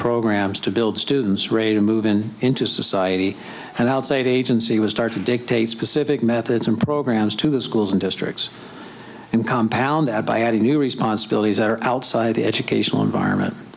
programs to build students reda move in into society and out state agency was start to dictate specific methods and programs to the schools and districts and compound that by adding new responsibilities that are outside the educational environment